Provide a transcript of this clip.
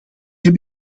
heb